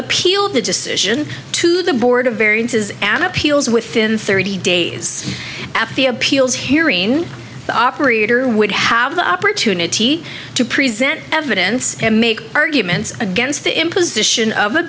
appealed the decision to the board of variances an appeals within thirty days after the appeals hearing the operator would have the opportunity to present evidence and make arguments against the imposition of a